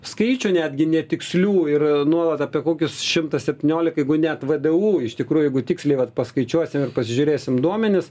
skaičių netgi netikslių ir nuolat apie kokius šimtą septyniolika net vdu iš tikrųjų jeigu tiksliai vat paskaičiuosim ir pasižiūrėsim duomenis